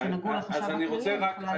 שנגעו לחשב הכללי, אז אני יכולה להתייחס.